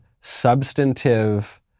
substantive